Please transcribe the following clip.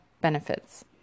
benefits